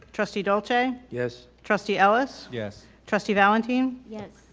trustee dolce? yes. trustee ellis? yes. trustee valentin? yes.